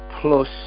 plus